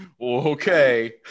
Okay